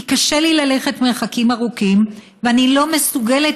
כי קשה לי ללכת מרחקים ארוכים ואני לא מסוגלת